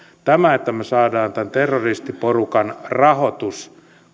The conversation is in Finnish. se että me saamme tämän terroristiporukan rahoituksen